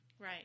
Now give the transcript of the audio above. Right